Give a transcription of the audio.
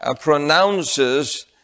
pronounces